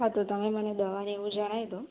હા તો તમે મને દવાને એવું જણાઈ દો